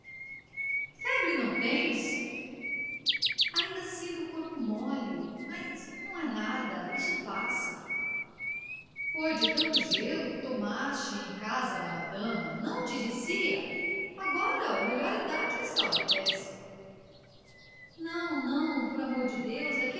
febre não tens ainda sinto o corpo mole mas não é nada isto passa foi de tanto gelo que tomaste em casa de madama não te dizia agora o melhor é dar-te um escalda pés não não por amor de deus